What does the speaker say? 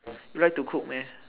you like to cook meh